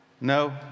No